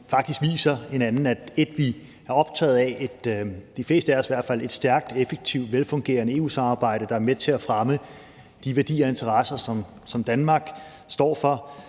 faktisk viser hinanden 1), at vi, de fleste af os i hvert fald, er optaget af et stærkt, effektivt og velfungerende EU-samarbejde, der er med til at fremme de værdier og interesser, som Danmark står for,